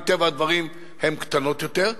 מטבע הדברים הן קטנות יותר.